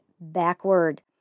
backward